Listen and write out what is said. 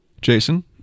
Jason